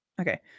Okay